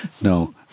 No